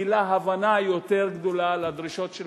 גילה הבנה יותר גדולה לדרישות של